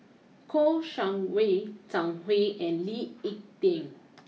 Kouo Shang Wei Zhang Hui and Lee Ek Tieng